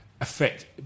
affect